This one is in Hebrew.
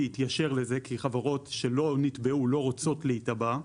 יתיישר לזה כי חברות שלא נתבעו לא רוצות להיתבע,